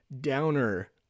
downer